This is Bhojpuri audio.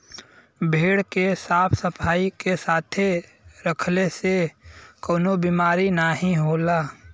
भेड़ के साफ सफाई के साथे रखले से कउनो बिमारी नाहीं होला